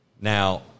Now